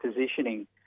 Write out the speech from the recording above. positioning